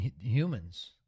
humans